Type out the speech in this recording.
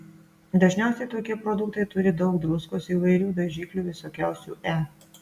dažniausiai tokie produktai turi daug druskos įvairių dažiklių visokiausių e